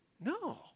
No